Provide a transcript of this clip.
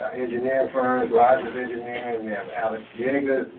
engineer for um and rogers engineering and we have alex vegas,